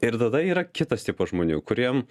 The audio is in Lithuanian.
ir tada yra kitas tipas žmonių kuriem